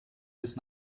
bis